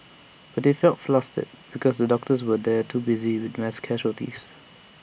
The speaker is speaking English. but they felt flustered because the doctors were there too busy with the mass casualties